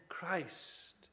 Christ